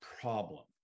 problem